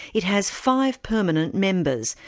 it has five permanent members,